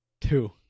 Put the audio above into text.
Two